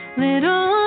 little